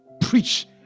preach